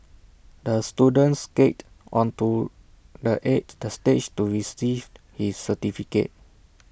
the student skated onto the age stage to receive his certificate